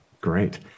Great